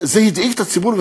זה הדאיג את הציבור,